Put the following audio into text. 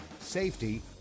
Safety